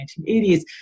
1980s